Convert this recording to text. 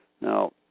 Now